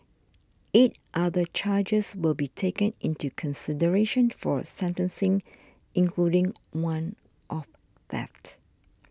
eight other charges will be taken into consideration for sentencing including one of theft